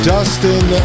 Dustin